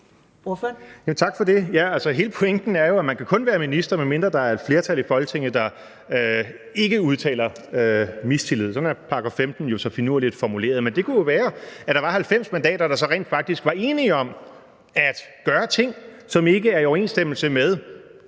Tak for det. Altså, hele pointen er jo, at man kun kan være minister, hvis der er et flertal i Folketinget, der ikke udtaler mistillid – sådan er § 15 jo så finurligt formuleret. Men det kunne jo være, at der var 90 mandater, der så rent faktisk var enige om at gøre ting, som ikke er i overensstemmelse med